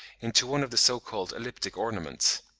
into one of the so-called elliptic ornaments.